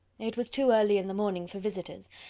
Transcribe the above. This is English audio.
it was too early in the morning for visitors,